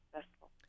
successful